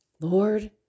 Lord